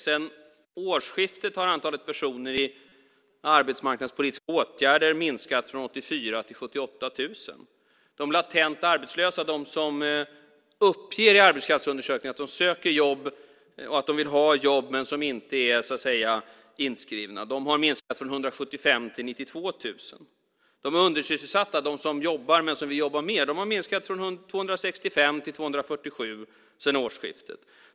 Sedan årsskiftet har antalet personer i arbetsmarknadspolitiska åtgärder minskat från 84 000 till 78 000. De latenta arbetslösa, de som uppger i arbetskraftsundersökningar att de söker jobb, att de vill ha jobb men inte är inskrivna, har minskat från 175 000 till 92 000. De undersysselsatta, de som jobbar men som vill jobba mer, har minskat från 265 000 till 247 000 sedan årsskiftet.